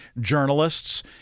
journalists